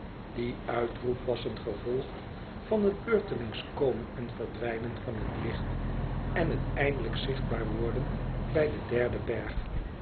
die uitroep was een gevolg van het beurtelings komen en verdwijnen van het licht en het eindelijk zichtbaar worden bij den derden berg